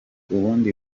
ubundi